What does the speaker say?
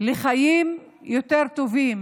יותר טובים,